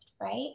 right